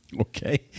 Okay